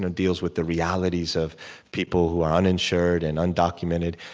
and deals with the realities of people who are uninsured and undocumented.